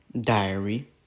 diary